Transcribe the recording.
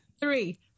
three